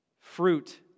Fruit